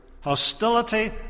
Hostility